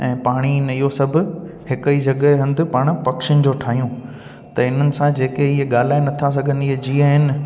ऐं पाणी ने इहो सभु हिक ई जॻह हंधु पाणि पखियुनि जो ठाहियूं त इन्हनि सां जेके इहा ॻाल्हाए नथा सघनि इहा जीअं आहिनि